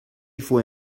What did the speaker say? fue